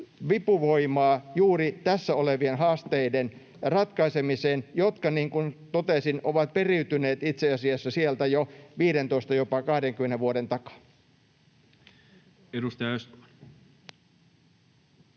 vipuvoimaa juuri tässä olevien haasteiden ratkaisemiseen, jotka — niin kuin totesin — ovat periytyneet itse asiassa jo 15 vuoden, jopa 20 vuoden takaa. [Speech 138]